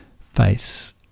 face